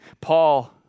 Paul